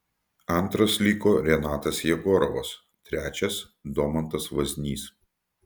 antras liko renatas jegorovas trečias domantas vaznys